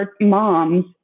moms